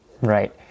Right